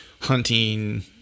hunting